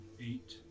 eight